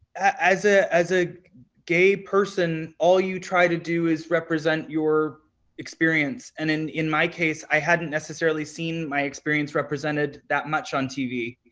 as ah as a gay person, all you try to do is represent your experience and, in in my case, i hadn't necessarily seen my experience represented that much on tv,